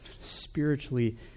spiritually